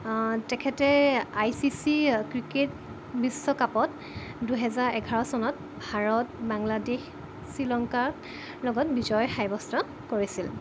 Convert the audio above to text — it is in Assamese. তেখেতে আই চি চি ক্ৰিকেট বিশ্বকাপত দুহেজাৰ এঘাৰ চনত ভাৰত বাংলাদেশ শ্ৰীলংকাৰ লগত বিজয় সাব্যস্ত কৰিছিল